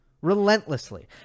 Relentlessly